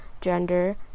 gender